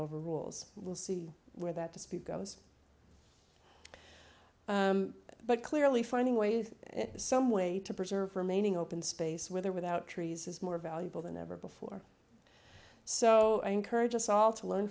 overrules we'll see where that dispute goes but clearly finding ways in some way to preserve remaining open space with or without trees is more valuable than ever before so i encourage us all to learn